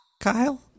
Kyle